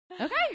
Okay